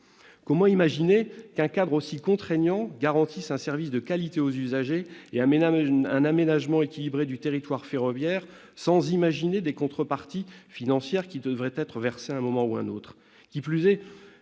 Comment imaginer qu'un cadre aussi contraignant garantisse un service de qualité aux usagers et un aménagement équilibré du territoire ferroviaire sans proposer des contreparties financières qui devraient être versées à un moment ou à un autre ?